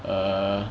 err